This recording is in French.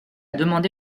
demandé